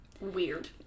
weird